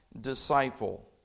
disciple